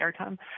airtime